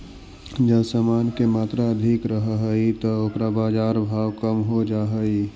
जब समान के मात्रा अधिक रहऽ हई त ओकर बाजार भाव कम हो जा हई